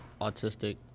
autistic